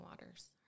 Waters